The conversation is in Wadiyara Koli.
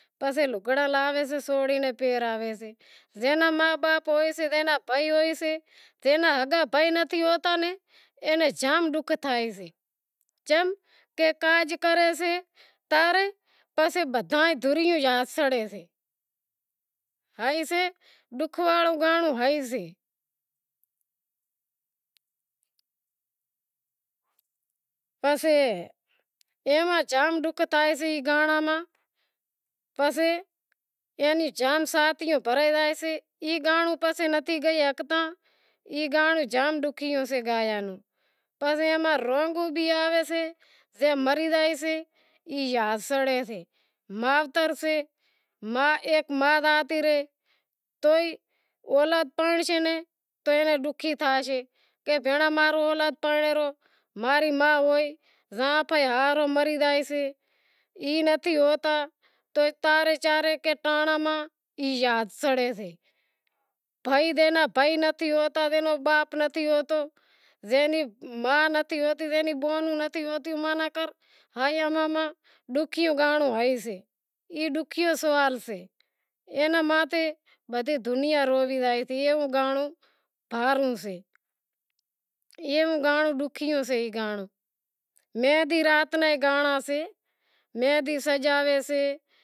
پسے لگڑا لائیسے سوری نی پہرائسے زے ناں ما باپ ہوئسے زے ناں بھائی ہوئسے جے ناں ہگا بھائی ناں ہوئیں اے ناں جام ڈوکھ تھئے چم کہ کاج کریسے را رے پسے بدہاں دھریوں آویسے ڈوکھ واڑو گانڑو گائیسے پسے ایماں جام ڈوکھ تھائسے گانڑاں ماں پسے اینی جام شاتیوں بھرائے جائسیں ای گانڑو گائی نتھی ہکتاں ای گانڑو جام ڈوکھیو سے گایا نوں، پسے رونڑ بھی آئیسے مائتر سے ایک ما زاتی رئے تو ئی اولاد پرنڑشے تو اینا ڈوکھی تھائیسے کہ بھنڑاں ماں رو اولاد پرنڑے رو ماں ری ما ہوئی تو ای نتھی ہوتا کہ چا رے ٹانڑاں ما ای یاد سڑے سے جے نو بھائی نتھی ہوتو جے نو باپ نتھی ہوتو زے نی ما نتھی ہوتی زے نوں بہینوں نتھی ہوتیوں اوئاں ناں بھائیاں ماں ڈوکھیو گانڑو ای سے، ای ڈوکھیو گانڑو سے زے ماں بدہی دنیا روئی زائے ای ایوو گانڑو سے میندی رات ناں گانڑاں سے، شوں کہ ماں ری اوٹھ بھینڑوں سے زایا آیا نوں بھی راکھاں ساں، ایوی خوشی اماں نیں نتھی کھاواں نوں اوڈھیاں نوں ایوو شوق نتھی۔ گانڑاں کہیسشو گنڑیش بھگوان نا ای بھی گاشاں، زان را بھی گاشاں باقی لاڈو پرنڑوا آئیسے ای بدہو ئی گانڑو شروئات سے ریتی راز پہروا اماں رو ایوو سے ساڑہی امیں نتھی پہرتا باقی پرنڑوا آوے سے لاڈو تو امارا ماں ناڑیل لاوے سے۔